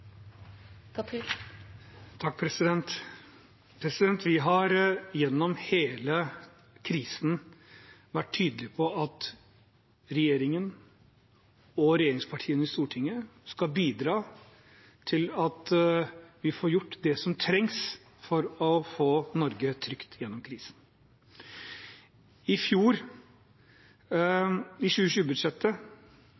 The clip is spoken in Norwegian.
Vi har gjennom hele krisen vært tydelige på at regjeringen og regjeringspartiene i Stortinget skal bidra til at vi får gjort det som trengs for å få Norge trygt gjennom krisen. I